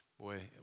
boy